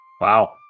Wow